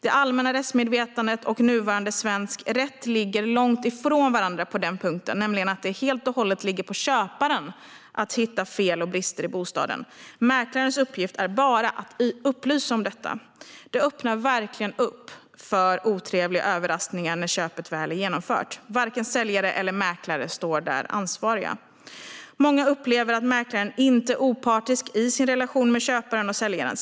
Det allmänna rättsmedvetandet och nuvarande svensk rätt ligger långt ifrån varandra på den punkten, eftersom det helt och hållet ligger på köparen att hitta fel och brister i bostaden. Mäklarens uppgift är bara att upplysa om detta. Det öppnar verkligen för otrevliga överraskningar när köpet väl är genomfört. Varken säljare eller mäklare står där ansvariga. Många upplever också att mäklaren inte är opartisk i sin relation med köparen och säljaren.